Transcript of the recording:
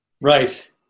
right